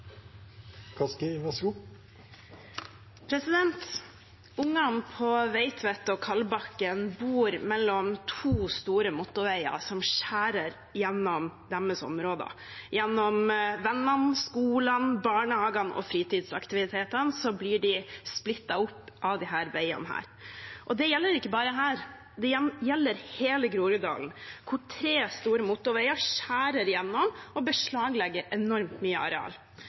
Ungene på Veitvet og Kalbakken bor mellom to store motorveier som skjærer gjennom deres områder. Gjennom vennene, skolene, barnehagene og fritidsaktivitetene blir de splittet opp av disse veiene. Og det gjelder ikke bare her, det gjelder hele Groruddalen, der tre store motorveier skjærer gjennom og beslaglegger enormt mye areal.